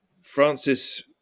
Francis